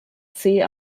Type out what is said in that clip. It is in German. zeh